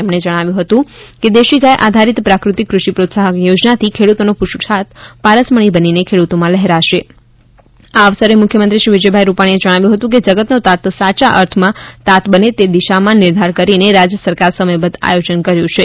તેમણે જણાવ્યું હતું કે દેશી ગાય આધારિત પ્રાકૃતિક કૃષિ પ્રોત્સાહક યોજનાથી ખેડૂતોનો પુરૂષાર્થ પારસમણી બનીને ખેતરોમાં લહેરાશે આ અવસરે મુખ્યમંત્રી શ્રી વિજયભાઇ રૂપાણી જણાવ્યું છે કે જગતનો તાત સાયા અર્થમાં તાત બને તે દિશામાં નિર્ધાર કરીને રાજ્ય સરકાર સમયબદ્ધ આયોજન કર્યું છે